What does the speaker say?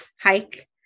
hike